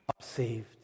saved